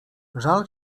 żal